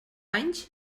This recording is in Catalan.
anys